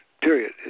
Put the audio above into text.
period